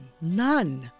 None